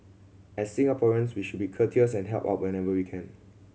as Singaporeans we should be courteous and help out whenever we can